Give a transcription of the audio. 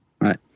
right